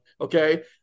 Okay